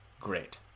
great